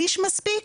שליש מספיק?